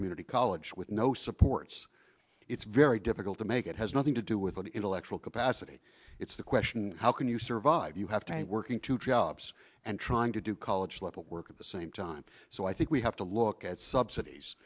community college with no supports it's very difficult to make it has nothing to do with all the intellectual capacity it's the question how can you survive you have time working two jobs and trying to do college level work at the same time so i think we have to look at subsidies